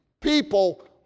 people